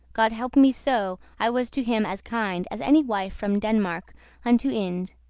god help me so, i was to him as kind as any wife from denmark unto ind,